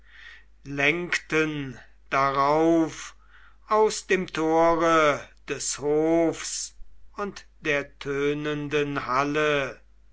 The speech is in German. lenkten darauf aus dem tore des hofs und der tönenden halle